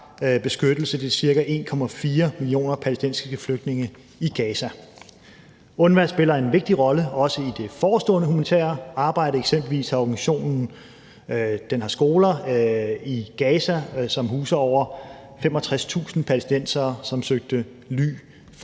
beskyttelse til ca. 1,4 millioner palæstinensiske flygtninge i Gaza. UNWA spiller en vigtig rolle, også i det forestående humanitære arbejde. Eksempelvis har organisationen skoler i Gaza, som huser over 65.000 palæstinenserne, som søgte ly